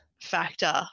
factor